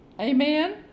Amen